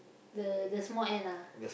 the the small end ah